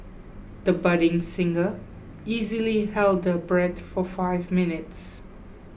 the budding singer easily held her breath for five minutes